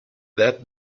that